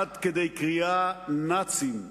עד כדי קריאה "נאצים",